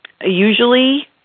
Usually